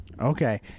Okay